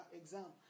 exam